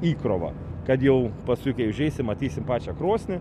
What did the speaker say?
įkrovą kad jau paskui kai užeisim matysim pačią krosnį